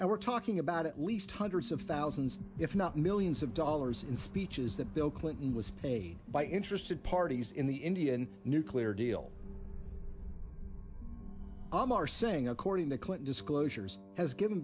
and we're talking about at least hundreds of thousands if not millions of dollars in speeches that bill clinton was paid by interested parties in the indian nuclear deal amar singh according to current disclosures has given